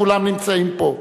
כולם נמצאים פה.